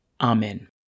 Amen